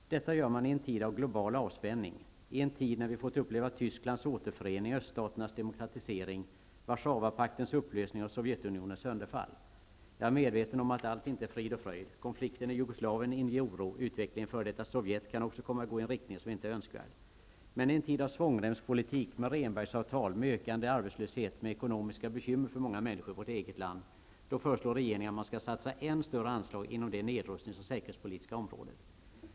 Detta gör man i en tid av global avspänning, i en tid när vi fått uppleva Tysklands återförening, öststaternas demokratisering och Warszawapaktens upplösning och Sovjetunionens sönderfall. Jag är medveten om att allt inte är frid och fröjd -- konflikten i Jugoslavien inger oro, utvecklingen i f.d. Sovjetunionen kan också komma att gå i en riktning som inte är önskvärd. Men i en tid av svångsremspolitik, med Rehnbergsavtal, med ökande arbetslöshet, med ekonomiska bekymmer för många människor i vårt eget land -- då föreslår regeringen att man skall satsa än större anslag inom det nedrustnings och säkerhetspolitiska området.